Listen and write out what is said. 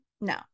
No